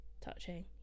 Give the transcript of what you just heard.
touching